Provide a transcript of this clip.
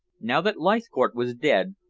now that leithcourt was dead,